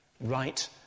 right